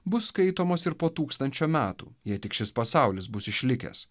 bus skaitomos ir po tūkstančio metų jei tik šis pasaulis bus išlikęs